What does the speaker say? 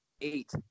eight